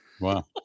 Wow